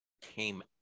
came